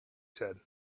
said